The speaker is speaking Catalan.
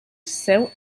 seu